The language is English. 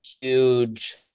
huge